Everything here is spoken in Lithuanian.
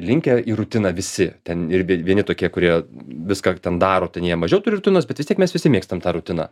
linkę į rutiną visi ten ir vie vieni tokie kurie viską ten daro ten jie mažiau turi rutinos bet vis tiek mes visi mėgstam tą rutiną